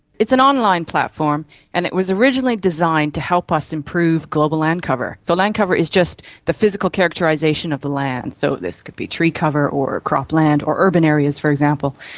it's an online platform and it was originally designed to help us improve global land cover. so land cover is just the physical characterisation of the land. so this could be tree cover or cropland or urban areas, for example.